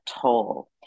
toll